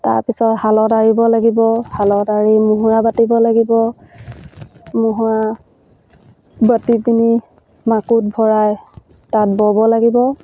তাৰপিছত শালত আঁৰিব লাগিব শালত আঁৰি মুহুৰা বাতিব লাগিব মুহুৰা বাতি পিনি মাকুত ভৰাই তাঁত ব'ব লাগিব